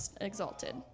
exalted